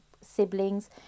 siblings